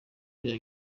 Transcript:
bya